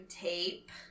tape